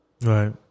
Right